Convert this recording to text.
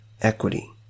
equity